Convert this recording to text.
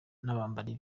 n’abambari